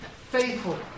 faithful